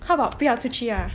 how about 不要出去啦